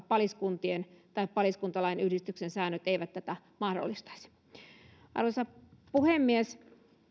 paliskuntien tai paliskuntain yhdistyksen säännöt eivät tätä mahdollistaisi arvoisa puhemies